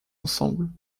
ensemble